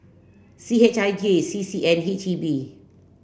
C H I J C C and H E B